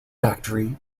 factory